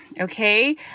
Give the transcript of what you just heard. okay